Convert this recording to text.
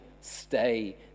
stay